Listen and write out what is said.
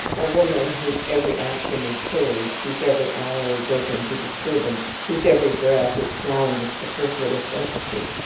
a woman whose every action is hurried, whose every hour is open to disturbance, whose every breath is drawn with superfluous emphasis,